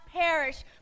perish